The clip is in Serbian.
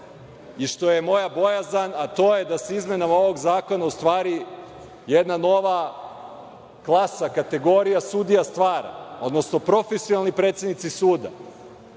i što je moja bojazan, a to je da se izmenama ovog zakona u stvari, jedna nova klasa kategorija sudija stvara, odnosno profesionalni predsednici suda,